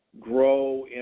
grow